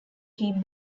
keep